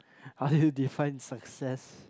how do you define success